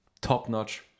top-notch